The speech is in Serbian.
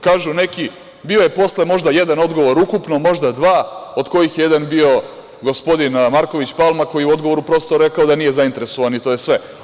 Kažu neki, bio je posle možda jedan odgovor ukupno, možda dva, od kojih je jedan bio gospodin Marković Palma, koji je u odgovoru, prosto, rekao da nije zainteresovan i to je sve.